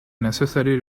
necessary